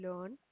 learn